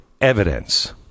evidence